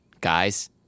guys